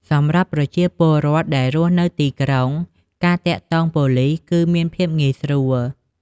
សម្រាប់ប្រជាពលរដ្ឋដែលរស់នៅទីក្រុង ការទាក់ទងប៉ូលិសគឺមានភាពងាយស្រួល។